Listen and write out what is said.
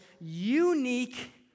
unique